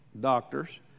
doctors